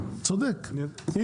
צודק.